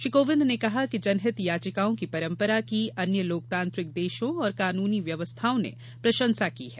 श्री कोविंद ने कहा कि जनहित याचिकाओं की परंपरा की अन्य लोकतांत्रिक देशों और कानूनी व्यवस्थाओं ने प्रशंसा की है